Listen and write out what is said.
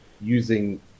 using